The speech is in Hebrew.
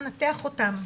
אנתח אותם.